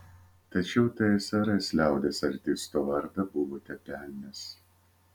tačiau tsrs liaudies artisto vardą buvote pelnęs